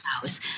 House